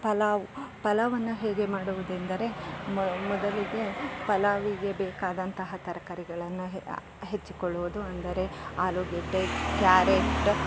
ಪಲಾವ್ ಪಲಾವನ್ನು ಹೇಗೆ ಮಾಡುವುದೆಂದರೆ ಮೊದಲಿಗೆ ಪಲಾವಿಗೆ ಬೇಕಾದಂತಹ ತರಕಾರಿಗಳನ್ನು ಹೆ ಹೆಚ್ಚಿಕೊಳ್ಳುವುದು ಅಂದರೆ ಆಲೂಗೆಡ್ಡೆ ಕ್ಯಾರೆಟ್